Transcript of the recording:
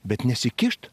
bet nesikišt